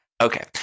Okay